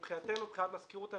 מבחינתנו, מבחינת מזכירות הממשלה,